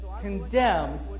condemns